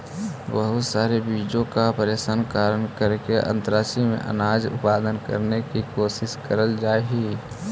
बहुत सारे बीजों का प्रशन करण करके अंतरिक्ष में अनाज उत्पादन करने की कोशिश करल जाइत हई